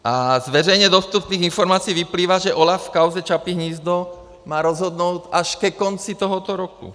A z veřejně dostupných informací vyplývá, že OLAF v kauze Čapí hnízdo má rozhodnout až ke konci tohoto roku.